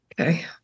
Okay